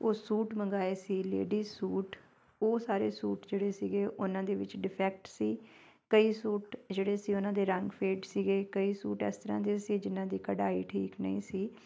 ਉਹ ਸੂਟ ਮੰਗਵਾਏ ਸੀ ਲੇਡੀ ਸੂਟ ਉਹ ਸਾਰੇ ਸੂਟ ਜਿਹੜੇ ਸੀਗੇ ਉਹਨਾਂ ਦੇ ਵਿੱਚ ਡਿਫੈਕਟ ਸੀ ਕਈ ਸੂਟ ਜਿਹੜੇ ਸੀ ਉਹਨਾਂ ਦੇ ਰੰਗ ਫੇਡ ਸੀਗੇ ਕਈ ਸੂਟ ਇਸ ਤਰ੍ਹਾਂ ਦੇ ਸੀ ਜਿਨ੍ਹਾਂ ਦੀ ਕਢਾਈ ਠੀਕ ਨਹੀਂ ਸੀ